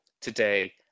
today